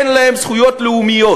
אין להם זכויות לאומיות.